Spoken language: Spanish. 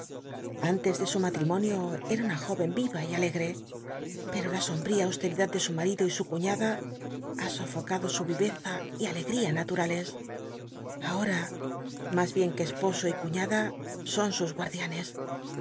antes de sum atrimonio cra una jó en y iya y alcgrc pcr o la sombl'ia austeridad de su marido y su cuñada ha sofocado su vieza y nlegi'ía nmur lcs ahom mas bien qu e es oso y cuiíada son sus guardianes